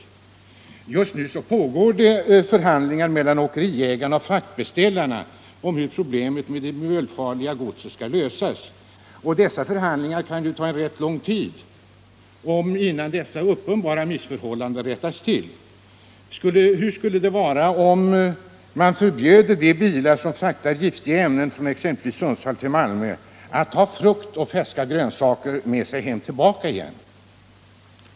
127 Just nu pågår det förhandlingar mellan åkerierna och fraktbeställarna om hur problemet med det miljöfarliga godset skall lösas. Dessa för . handlingar kan ju ta rätt lång tid, och då dröjer det innan dessa uppenbara missförhållanden rättas till. Hur skulle det vara, om man förbjöd de bilar som fraktar giftiga ämnen exempelvis från Sundsvall till Malmö att ta frukt och färska grönsaker med sig tillbaka?